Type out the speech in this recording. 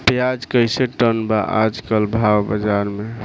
प्याज कइसे टन बा आज कल भाव बाज़ार मे?